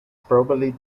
probably